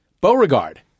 Beauregard